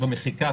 במחיקה,